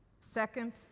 Second